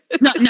No